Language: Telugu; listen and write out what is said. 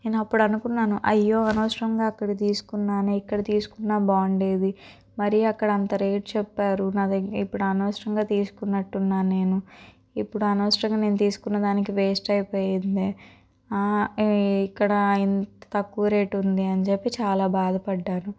నేను అప్పుడనుకున్నాను అయ్యో అనవసరంగా అక్కడ తీసుకున్నానే ఇక్కడ తీసుకున్నా బాగుండేది మరీ అక్కడ అంత రేట్ చెప్పారు నా దగ్గర ఇప్పుడు అనవసరంగా తీసుకున్నట్టున్నాను నేను ఇప్పుడు అనవసరంగా నేను తీసుకున్నదానికి వేస్ట్ అయిపోయిందే ఇక్కడ ఇంత తక్కువ రేటుంది అని చెప్పి చాలా బాధపడ్డాను